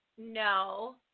No